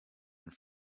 and